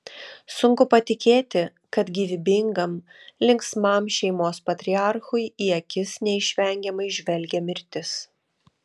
sunku patikėti kad gyvybingam linksmam šeimos patriarchui į akis neišvengiamai žvelgia mirtis